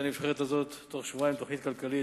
הנבחרת הזאת בתוך שבועיים תוכנית כלכלית,